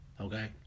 okay